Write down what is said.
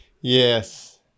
Yes